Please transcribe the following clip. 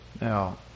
Now